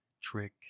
trick